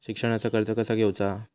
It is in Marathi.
शिक्षणाचा कर्ज कसा घेऊचा हा?